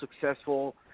successful